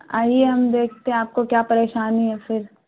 آئیے ہم دیکھتے ہیں آپ کو کیا پریشانی ہے پھر